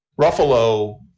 Ruffalo